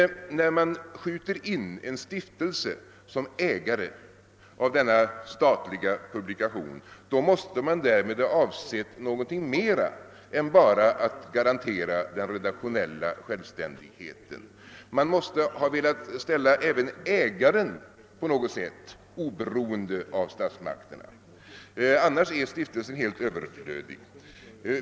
Men när man skjutit in en stiftelse som ägare av denna statliga publikation, måste man därmed ha avsett någonting mera än att bara garantera den redaktionella självständigheten. Man måste ha velat göra även ägaren på något sätt oberoende av statsmakterna, ty annars är stiftelsen helt överflödig.